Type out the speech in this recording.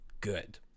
good